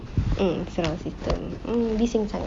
mm surround system mm bising sangat